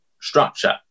structure